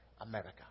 America